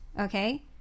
Okay